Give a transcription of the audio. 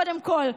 קודם כול,